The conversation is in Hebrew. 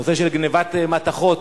הנושא של גנבת מתכות,